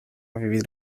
vivir